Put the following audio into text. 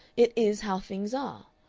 it is how things are.